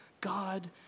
God